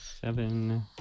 Seven